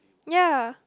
ya